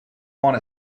want